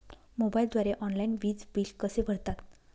मोबाईलद्वारे ऑनलाईन वीज बिल कसे भरतात?